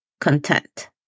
content